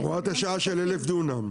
הוראת השעה של 1,000 דונם.